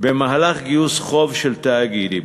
במהלך גיוס חוב של תאגידים.